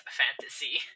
fantasy